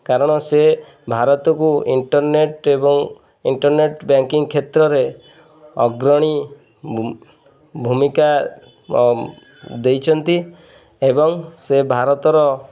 କାରଣ ସେ ଭାରତକୁ ଇଣ୍ଟର୍ନେଟ୍ ଏବଂ ଇଣ୍ଟର୍ନେଟ୍ ବ୍ୟାଙ୍କିଂ କ୍ଷେତ୍ରରେ ଅଗ୍ରଣୀ ଭୂ ଭୂମିକା ଦେଇଛନ୍ତି ଏବଂ ସେ ଭାରତର